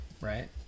right